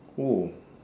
no